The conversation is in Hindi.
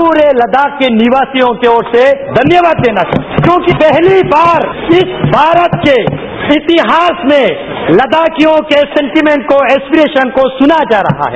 पूरे लहाख के निवासियों की ओर से धन्यवाद देना चाहता हूं क्योंकि पहली बार इस भारत के इतिहास लद्दाखियों के सेंटिमेंट को इसप्रेशन को सुना जा रहा है